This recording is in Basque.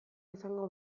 izango